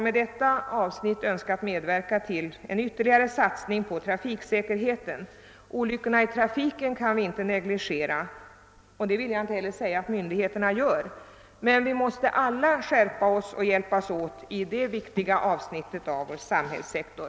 Med detta avsnitt i mitt anförande har jag önskat medverka till en ytterligare satsning på trafiksäkerheten. Olyckorna i trafiken får inte negligeras — och jag vill inte heller säga att myndigheterna gör det. Men vi måste alla skärpa oss och hjälpas åt på detta viktiga avsnitt av vår samhällssektor.